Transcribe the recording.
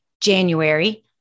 January